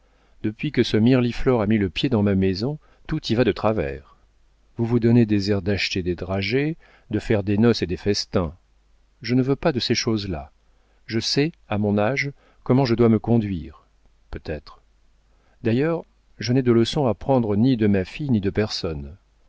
depuis que ce mirliflor a mis le pied dans ma maison tout y va de travers vous vous donnez des airs d'acheter des dragées de faire des noces et des festins je ne veux pas de ces choses-là je sais à mon âge comment je dois me conduire peut-être d'ailleurs je n'ai de leçons à prendre ni de ma fille ni de personne